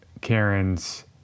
Karen's